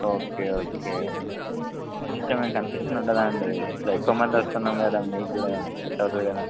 okay okay కొంచెం ఏమి concession ఉండదా అండి ఇట్లా ఎక్కువ మంది వస్తున్నాం ప్రాఫిట్ కదా మీకు కూడా కదా